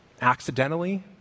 accidentally